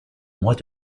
mois